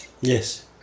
Yes